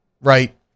right